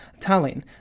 Tallinn